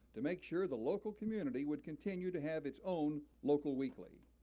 to make sure the local community would continue to have its own local weekly.